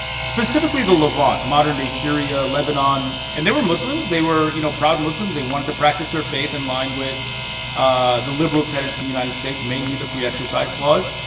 specifically the levant modern-day syria, lebanon. and they were muslims. they were, you know, proud muslims. they wanted to practice their faith in line with ah the liberal tenets of the united states, mainly the free exercise clause.